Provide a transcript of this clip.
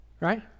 Right